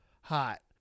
hot